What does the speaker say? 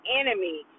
enemy